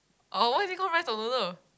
oh why is it called rice or noodle